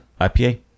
IPA